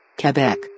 Quebec